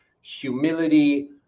humility